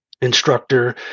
instructor